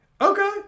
Okay